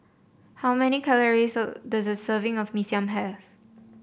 how many calories does a serving of Mee Siam have